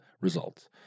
results